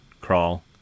crawl